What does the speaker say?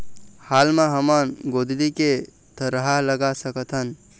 हाल मा हमन गोंदली के थरहा लगा सकतहन?